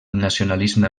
nacionalisme